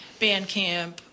Bandcamp